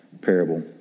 parable